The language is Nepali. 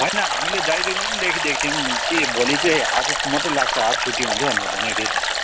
होइन हामीले डायरीमा पनि लेखिदिएको थियौँ कि भोलि चाहिँ हाफ मात्रै लाग्छ हाफ छुट्टी हुन्छ भनेको थिएँ त